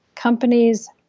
Companies